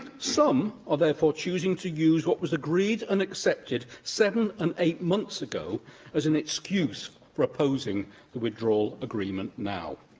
some are therefore choosing to use what was agreed and accepted seven and eight months ago as an excuse for opposing the withdrawal agreement now.